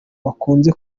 bakunze